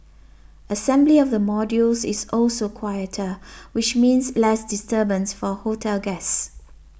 assembly of the modules is also quieter which means less disturbance for hotel guests